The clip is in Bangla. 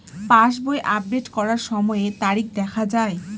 পাসবই আপডেট করার সময়ে তারিখ দেখা য়ায়?